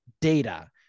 data